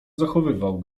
zachowywał